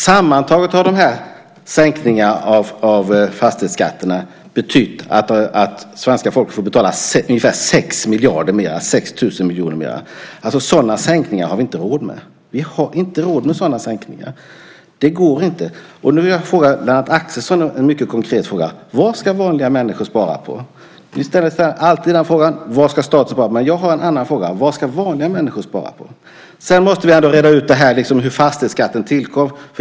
Sammantaget har dessa sänkningar av fastighetskatten inneburit att svenska folket får betala ungefär 6 miljarder mer, 6 000 miljoner mer. Sådana sänkningar har vi inte råd med. Vi har inte råd med sådana sänkningar. Nu har jag en mycket konkret fråga till Lennart Axelsson: Vad ska vanliga människor spara på? Ni ställer nästan alltid frågan vad staten ska spara på, men jag frågar vad vanliga människor ska spara på. Sedan måste vi reda ut hur fastighetsskatten tillkom.